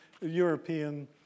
European